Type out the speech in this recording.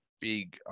big